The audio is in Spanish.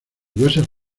diversas